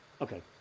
Okay